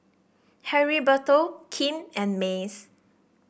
Heriberto Kim and Mace